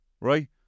right